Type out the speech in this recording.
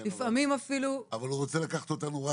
אבל הוא רוצה לקחת אותנו רק לליווי.